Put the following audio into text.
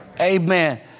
Amen